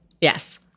Yes